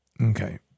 Okay